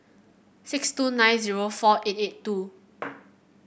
six two nine zero four eight eight two